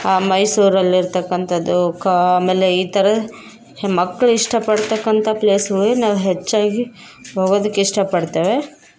ಆ ಮೈಸೂರಲ್ಲಿ ಇರತಕ್ಕಂಥದ್ದು ಕಾ ಆಮೇಲೆ ಈ ಥರ ಮಕ್ಕಳು ಇಷ್ಟಪಡ್ತಕ್ಕಂಥ ಪ್ಲೇಸ್ಗಳ್ಗೆ ನಾವು ಹೆಚ್ಚಾಗಿ ಹೋಗೋದಕ್ಕೆ ಇಷ್ಟ ಪಡ್ತೇವೆ